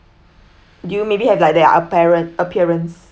do you maybe have like their apparent appearance